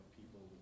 people